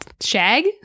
shag